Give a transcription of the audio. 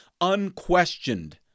unquestioned